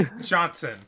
Johnson